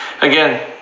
again